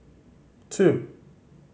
two